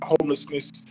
homelessness